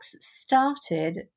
started